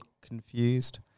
confused